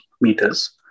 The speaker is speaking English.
meters